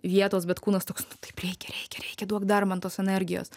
vietos bet kūnas toks nu taip reikia reikia reikia duok dar man tos energijos